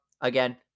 again